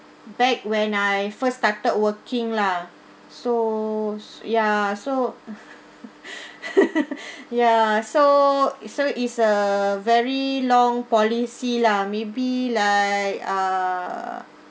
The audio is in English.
back when I first started working lah so s~ ya so ya so i~ so is a very long policy lah maybe like uh